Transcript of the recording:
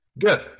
Good